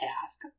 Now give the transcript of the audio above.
task